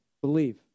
believe